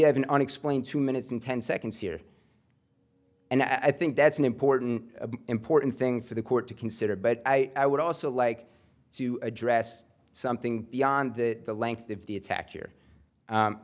have an unexplained two minutes and ten seconds here and i think that's an important important thing for the court to consider but i would also like to address something beyond the the length of the attack